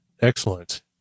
excellent